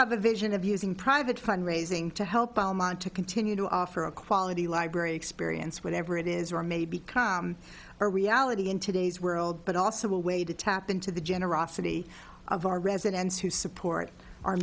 have a vision of using private fund raising to help to continue to offer a quality library experience whatever it is or may become a reality in today's world but also a way to tap into the generosity of our residents who support our